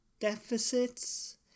deficits